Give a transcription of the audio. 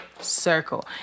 circle